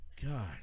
God